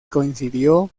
coincidió